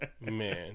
Man